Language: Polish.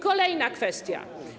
Kolejna kwestia.